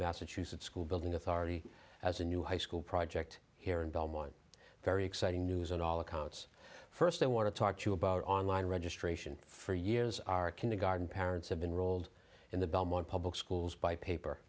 massachusetts school building authority as a new high school project here in belmont very exciting news on all accounts first i want to talk to you about online registration for years our kindergarten parents have been rolled in the belmont public schools by paper